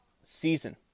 season